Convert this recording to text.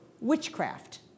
witchcraft